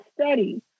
study